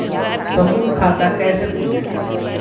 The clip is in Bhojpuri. समूह खाता कैसे खुली?